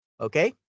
Okay